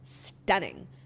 stunning